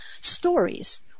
stories